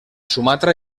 sumatra